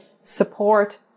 support